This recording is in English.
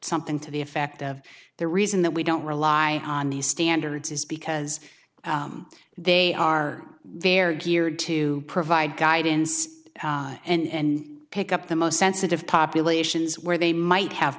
something to the effect of the reason that we don't rely on these standards is because they are they're geared to provide guidance and pick up the most sensitive populations where they might have